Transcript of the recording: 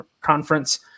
Conference